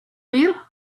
wheel